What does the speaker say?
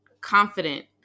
confident